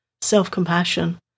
self-compassion